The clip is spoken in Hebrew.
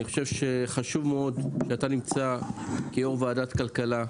אני חושב שחשוב מאוד שאתה נמצא כיושב-ראש ועדת כלכלה,